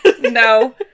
No